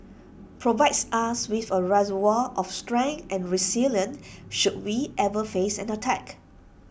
provides us with A reservoir of strength and resilience should we ever face an attack